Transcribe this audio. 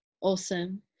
Awesome